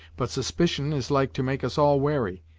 but suspicion is like to make us all wary.